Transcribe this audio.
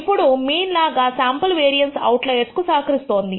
ఇప్పుడు మీన్ లాగా sample variance outliers కు సహకరిస్తోంది